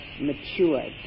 matured